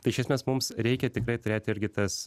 tai iš esmės mums reikia tikrai turėti irgi tas